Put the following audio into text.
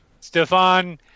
Stefan